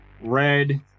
red